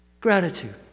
gratitude